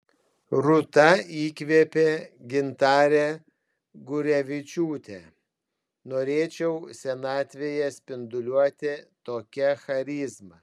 rūta įkvėpė gintarę gurevičiūtę norėčiau senatvėje spinduliuoti tokia charizma